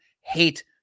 hate